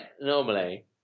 Normally